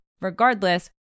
regardless